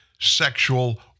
sexual